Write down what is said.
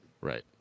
Right